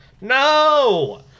No